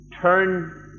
turn